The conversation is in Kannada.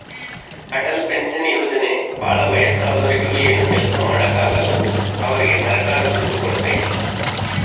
ಅಟಲ್ ಪೆನ್ಶನ್ ಯೋಜನೆ ಭಾಳ ವಯಸ್ಸಾದೂರಿಗೆ ಏನು ಕೆಲ್ಸ ಮಾಡಾಕ ಆಗಲ್ಲ ಅವ್ರಿಗೆ ಸರ್ಕಾರ ದುಡ್ಡು ಕೋಡ್ತೈತಿ